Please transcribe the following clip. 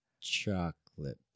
Chocolate